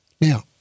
Now